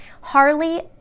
Harley